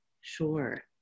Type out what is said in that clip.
Sure